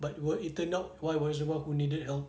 but when it turn out wai was the one who needed help